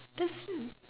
that's s~